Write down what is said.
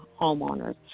homeowners